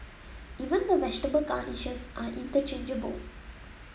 even the vegetable garnishes are interchangeable